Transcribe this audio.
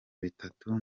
bitatu